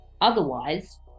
Otherwise